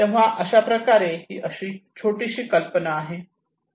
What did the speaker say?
तेव्हा अशा प्रकारे ही अशी छोटीशी कल्पना आहे